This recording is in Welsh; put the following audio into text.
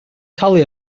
talu